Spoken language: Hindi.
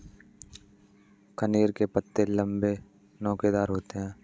कनेर के पत्ते लम्बे, नोकदार होते हैं